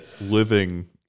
living